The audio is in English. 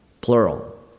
Plural